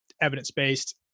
evidence-based